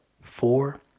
Four